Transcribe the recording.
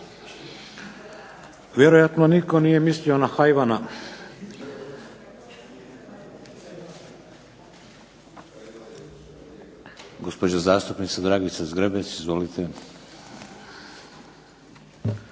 Vjerojatno nitko nije mislio na hajvana. Gospođa zastupnica Dragica Zgrebec. Izvolite.